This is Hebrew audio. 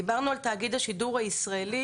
דיברנו על תאגיד השידור בישראל,